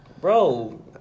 Bro